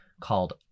called